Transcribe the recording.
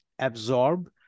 absorb